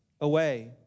away